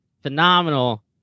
phenomenal